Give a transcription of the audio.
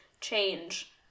change